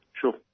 Sure